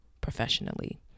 professionally